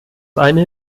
eine